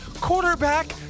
quarterback